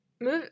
move